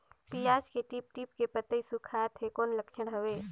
पियाज के टीप टीप के पतई सुखात हे कौन लक्षण हवे?